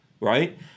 right